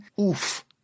Oof